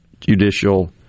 judicial